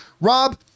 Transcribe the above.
Rob